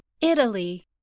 Italy